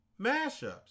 mashups